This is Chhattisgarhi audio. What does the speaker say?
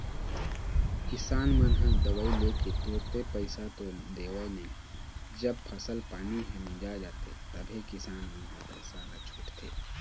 किसान मन ह दवई लेके तुरते पइसा तो देवय नई जब फसल पानी ह मिंजा जाथे तभे किसान मन ह पइसा ल छूटथे